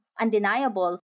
undeniable